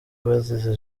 bazize